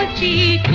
ah g